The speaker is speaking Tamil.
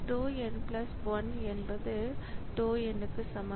tau n 1என்பது tau n க்கு சமம்